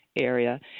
area